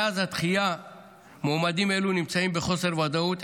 מאז הדחייה מועמדים אלו נמצאים בחוסר ודאות,